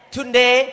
Today